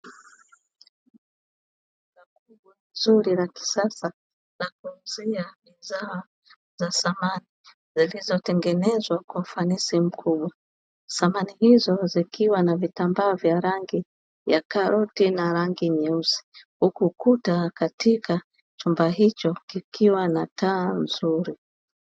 Duka zuri la kisasa la kuuzia bidhaa za samani zilizotengenezwa kwa ufanisi mkubwa, samani hizo zikiwa na vitambaa vya rangi ya karoti na rangi nyeusi, huku kuta katika chumba hicho kikiwa na taa nzuri.